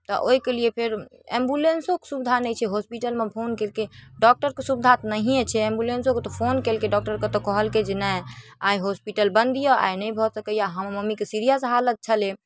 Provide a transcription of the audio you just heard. तऽ ओहिकेलिए फेर एम्बुलेन्सोके सुविधा नहि छै हॉस्पिटलमे फोन केलकै डॉक्टरके सुविधा नहिए छै एम्बुलेन्सोके तऽ फोन केलकै डॉक्टरके तऽ कहलकै जे नहि आइ हॉस्पिटल बन्द अइ आइ नहि भऽ सकैए हमर मम्मीके सिरिअस हालत छलै